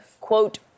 quote